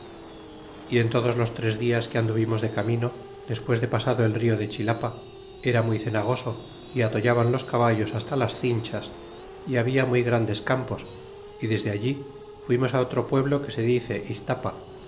y en todos los tres dias que anduvimos de camino despues de pasado el rio de chilapa era muy cenagoso y atollaban los caballos hasta las cinchas y habia muy grandes campos y desde allí fuimos a otro pueblo que se dice iztapa